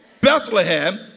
Bethlehem